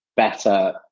better